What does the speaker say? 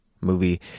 movie